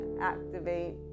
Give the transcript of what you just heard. activate